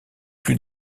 plus